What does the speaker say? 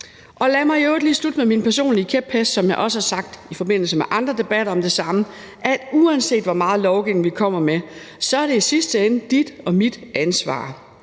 Lad mig i øvrigt lige slutte med min personlige kæphest, som jeg også har nævnt i forbindelse med andre debatter om det samme: Uanset hvor meget lovgivning, vi kommer med, er det i sidste ende dit og mit ansvar.